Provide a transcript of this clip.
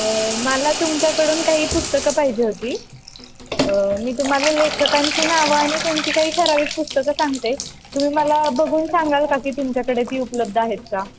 मला तुमच्याकडून काही पुस्तकं पाहिजे होती मी तुम्हाला लेखकांची नावं आणि त्यांची काही ठरावीक पुस्तकं सांगते तुम्ही मला बघून सांगाल का की तुमच्याकडे ती उपलब्ध आहेत का